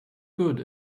good